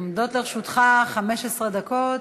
עומדות לרשותך 15 דקות.